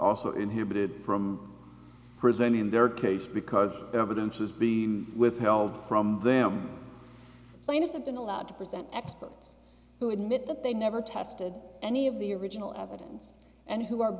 also inhibited from presenting their case because evidence has been withheld from them plaintiffs have been allowed to present experts who admit that they never tested any of the original evidence and who are